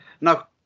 now